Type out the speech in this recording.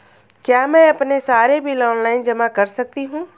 क्या मैं अपने सारे बिल ऑनलाइन जमा कर सकती हूँ?